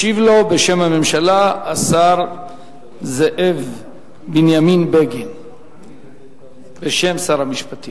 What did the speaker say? ישיב לו השר זאב בנימין בגין בשם שר המשפטים.